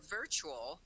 virtual